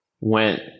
went